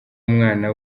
umwana